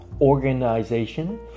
Organization